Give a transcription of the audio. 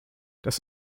das